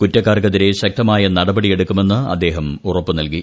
കുറ്റക്കാർക്കെതിരെ ശക്തമായ നടപടി എടുക്കുമെന്ന് അദ്ദേഹം ഉറപ്പു നൽകി